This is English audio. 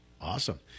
Awesome